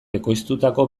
ekoiztutako